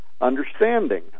understanding